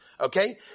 Okay